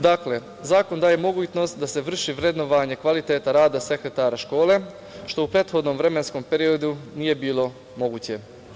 Dakle, zakon daje mogućnost da se vrši vrednovanje kvaliteta rada sekretara škole, što u prethodnom vremenskom periodu nije bilo moguće.